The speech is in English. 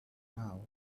now